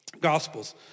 Gospels